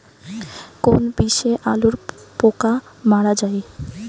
কোন বিষে আলুর পোকা মারা যায়?